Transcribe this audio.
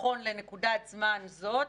נכון לנקודת זמן זאת,